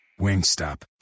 wingstop